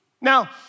Now